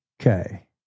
Okay